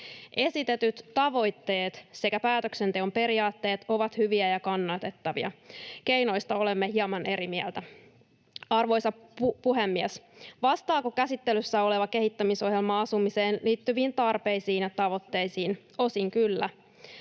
Esitetyt tavoitteet sekä päätöksenteon periaatteet ovat hyviä ja kannatettavia. Keinoista olemme hieman eri mieltä. Arvoisa puhemies! Vastaako käsittelyssä oleva kehittämisohjelma asumiseen liittyviin tarpeisiin ja tavoitteisiin? Osin kyllä.